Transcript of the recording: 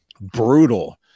Brutal